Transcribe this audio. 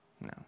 No